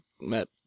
met